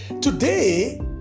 Today